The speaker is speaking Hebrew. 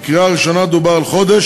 בקריאה הראשונה דובר על חודש,